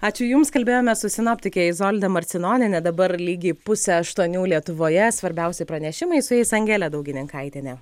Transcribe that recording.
ačiū jums kalbėjome su sinoptike izolda marcinoniene dabar lygiai pusė aštuonių lietuvoje svarbiausi pranešimai su jais angelė daugininkaitienė